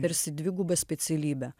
tarsi dviguba specialybė